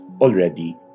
already